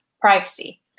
privacy